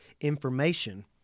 information